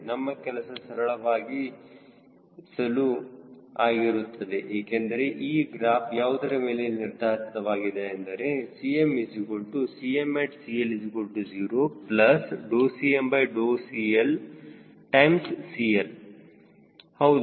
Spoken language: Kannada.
ನಮ್ಮ ಕೆಲಸವು ಸರಳವಾಗಿ ಸಲು ಆಗಿರುತ್ತದೆ ಏಕೆಂದರೆ ಈ ಗ್ರಾಫ್ ಯಾವುದರ ಮೇಲೆ ನಿರ್ಧರಿತವಾಗಿದೆ ಎಂದರೆ CmCmat CL0CmCLCL ಹೌದು